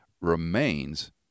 remains